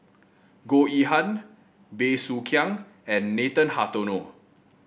Goh Yihan Bey Soo Khiang and Nathan Hartono